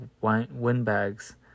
windbags